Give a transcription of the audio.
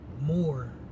more